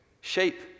shape